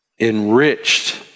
Enriched